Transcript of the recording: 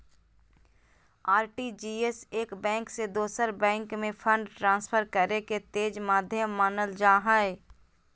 RTGS एक bank से दोसर बैंक में फंड ट्रांसफर करे के तेज माध्यम मानल जा हय